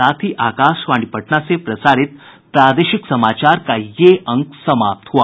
इसके साथ ही आकाशवाणी पटना से प्रसारित प्रादेशिक समाचार का ये अंक समाप्त हुआ